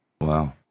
Wow